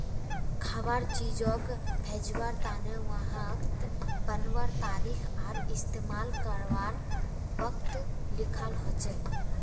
खवार चीजोग भेज्वार तने वहात बनवार तारीख आर इस्तेमाल कारवार वक़्त लिखाल होचे